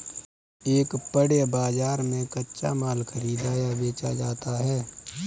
एक पण्य बाजार में कच्चा माल खरीदा या बेचा जाता है